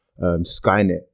Skynet